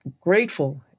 grateful